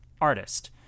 artist